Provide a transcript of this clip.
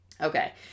Okay